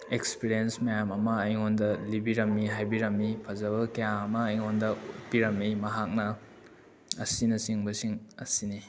experience ꯃꯌꯥꯝ ꯑꯃ ꯑꯩꯉꯣꯟꯗ ꯂꯤꯕꯤꯔꯝꯏ ꯍꯥꯏꯕꯤꯔꯝꯏ ꯐꯖꯕ ꯀꯌꯥ ꯑꯃ ꯑꯩꯉꯣꯟꯗ ꯄꯤꯔꯝꯏ ꯃꯍꯥꯛꯅ ꯑꯁꯤꯅ ꯆꯤꯡꯕꯁꯤꯡ ꯑꯁꯤꯅꯤ